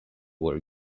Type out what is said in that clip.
were